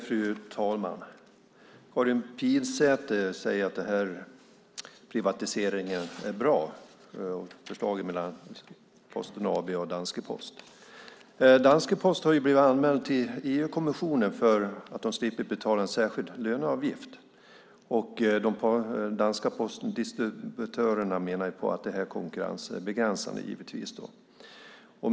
Fru talman! Karin Pilsäter säger att den här privatiseringen är bra, det vill säga förslaget om ett samgående mellan Posten AB och danska Posten. Men danska Posten har anmälts till EU-kommissionen för att de slipper betala en särskild löneavgift. De danska postdistributörerna menar att detta, givetvis, är konkurrensbegränsande.